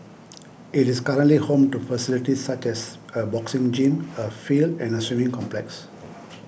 it is currently home to facilities such as a boxing gym a field and a swimming complex